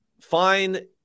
fine